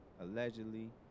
allegedly